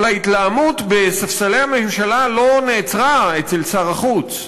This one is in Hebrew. אבל ההתלהמות בספסלי הממשלה לא נעצרה אצל שר החוץ.